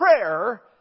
prayer